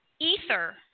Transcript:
ether